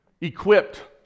equipped